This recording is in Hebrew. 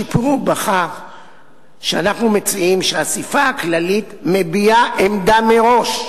השיפור הוא בכך שאנחנו מציעים שהאספה הכללית מביעה עמדה מראש,